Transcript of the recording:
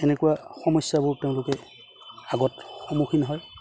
এনেকুৱা সমস্যাবোৰ তেওঁলোকে আগত সন্মুখীন হয়